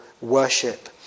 worship